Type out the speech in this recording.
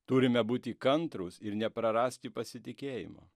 turime būti kantrūs ir neprarasti pasitikėjimo